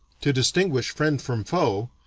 to distinguish friend from foe,